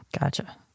Gotcha